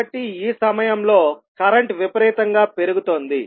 కాబట్టి ఈ సమయంలో కరెంట్ విపరీతంగా పెరుగుతోంది